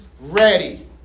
ready